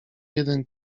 jeden